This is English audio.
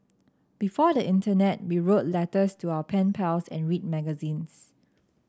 before the internet we wrote letters to our pen pals and read magazines